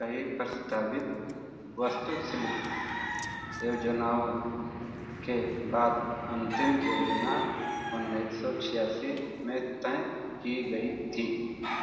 कई प्रस्तावित वस्तुशिल्प योजनाओं के बाद अंतिम योजना उन्नीस सौ छियासी में तय की गई थी